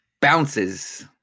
bounces